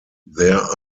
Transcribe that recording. there